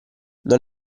non